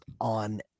on